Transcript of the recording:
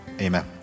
Amen